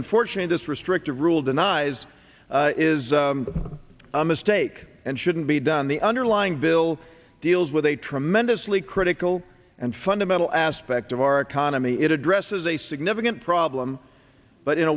unfortunate this restrictive rule denies is a mistake and shouldn't be done the underlying bill deals with a tremendously critical and fundamental aspect of our economy it addresses a significant problem but in